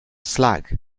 slag